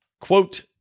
Quote